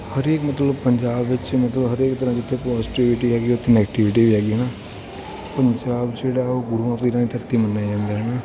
ਹਰੇਕ ਮਤਲਬ ਪੰਜਾਬ ਵਿੱਚ ਮਤਲਬ ਹਰੇਕ ਤਰ੍ਹਾਂ ਦੀ ਜਿੱਥੇ ਪੋਜ਼ਟੀਵਿਟੀ ਹੈਗੀ ਉੱਥੇ ਨੈਗਟੀਵਿਟੀ ਵੀ ਹੈਗੀ ਨਾ ਪੰਜਾਬ ਜਿਹੜਾ ਗੁਰੂਆਂ ਪੀਰਾਂ ਦੀ ਧਰਤੀ ਮੰਨਿਆ ਜਾਂਦਾ ਹੈ ਨਾ